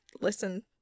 listen